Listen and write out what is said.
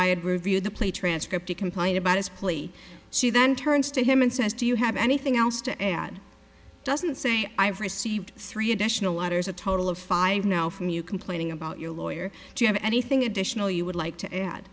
i had reviewed the play transcript he complained about his plea she then turns to him and says do you have anything else to add doesn't say i have received three additional letters a total of five now from you complaining about your lawyer do you have anything additional you would like to add